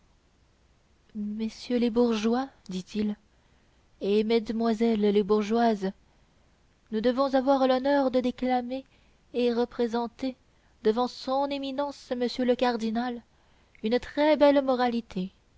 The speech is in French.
messieurs les bourgeois dit-il et mesdemoiselles les bourgeoises nous devons avoir l'honneur de déclamer et représenter devant son éminence monsieur le cardinal une très belle moralité